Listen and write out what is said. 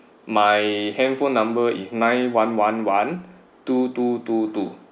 my handphone number is nine one one one two two two two